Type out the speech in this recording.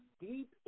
deep